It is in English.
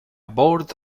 board